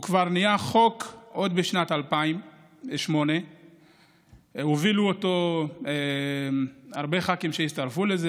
הוא כבר נהיה חוק עוד בשנת 2008. הובילו אותו הרבה ח"כים שהצטרפו לזה.